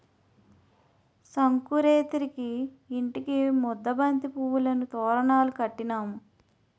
సంకురేతిరికి ఇంటికి ముద్దబంతి పువ్వులను తోరణాలు కట్టినాము